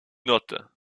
notes